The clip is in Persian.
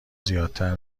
زیادتر